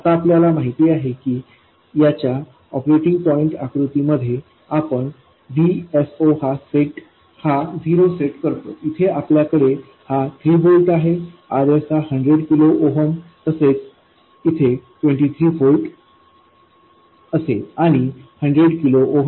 आता आपल्याला माहित आहे की याच्या ऑपरेटिंग पॉईंट आकृतीमध्ये आपणVS0हा झिरो सेट करतो इथे आपल्याकडे हा 3 व्होल्ट आहे RS हा 100 किलो ओहम तसेच इथे 23 व्होल्ट असेल आणि 100 किलो ओहम चा RLआहे